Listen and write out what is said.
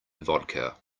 vodka